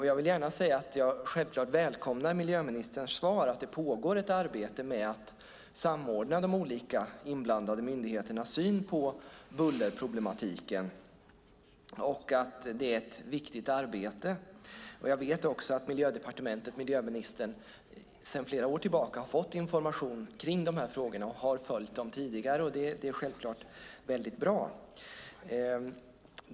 Jag vill gärna säga att jag självklart välkomnar miljöministerns svar att det pågår ett arbete med att samordna de olika inblandade myndigheternas syn på bullerproblematiken och att det är ett viktigt arbete. Jag vet också att Miljödepartementet och miljöministern sedan flera år tillbaka har fått information om de här frågorna och har följt dem tidigare. Det är självklart väldigt bra.